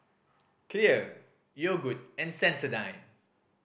Clear Yogood and Sensodyne